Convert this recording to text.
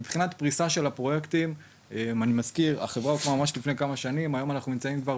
מבחינת פריסה של הפרויקטים אני מזכיר לכם שחברת "דירה להשכיר" הוקמה